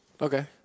Okay